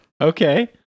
Okay